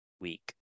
week